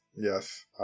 Yes